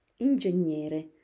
Ingegnere